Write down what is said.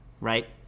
right